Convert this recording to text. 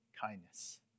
kindness